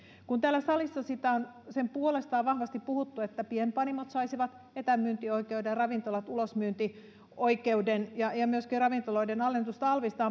kun täällä salissa sen puolesta on vahvasti puhuttu että pienpanimot saisivat etämyyntioikeuden ja ravintolat ulosmyyntioikeuden ja ja myöskin ravintoloiden alennetusta alvista